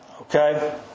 Okay